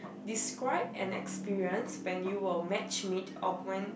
describe an experience when you were match made or went